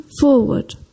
forward